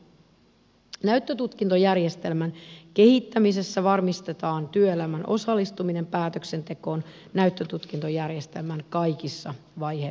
näyttötutkintojärjestelmän kehittämisessä varmistetaan työelämän osallistuminen päätöksentekoon näyttötutkintojärjestelmän kaikissa vaiheissa